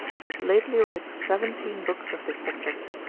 hath lately writ seventeen books of this subject,